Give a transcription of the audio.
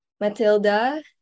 Matilda